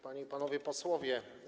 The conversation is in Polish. Panie i Panowie Posłowie!